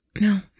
no